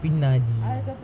பின்னாடி:pinnaadi